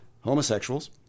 homosexuals